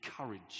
courage